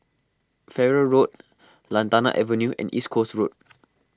Farrer Road Lantana Avenue and East Coast Road